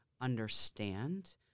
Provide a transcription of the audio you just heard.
understand